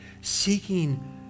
seeking